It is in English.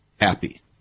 happy